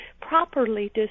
properly